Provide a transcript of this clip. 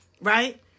Right